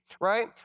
right